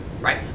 right